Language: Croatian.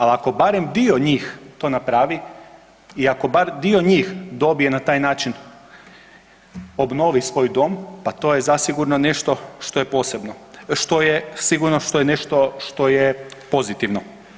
Ali ako barem dio njih to napravi i ako bar dio njih dobije na taj način obnovi svoj dom, pa to je zasigurno nešto što je posebno, sigurno što je nešto što je pozitivno.